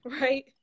right